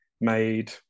made